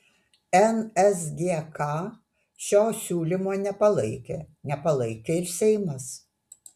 nsgk šio siūlymo nepalaikė nepalaikė ir seimas